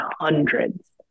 hundreds